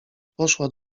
poszła